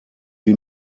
wie